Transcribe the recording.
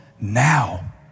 Now